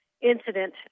incident